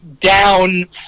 down